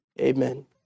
amen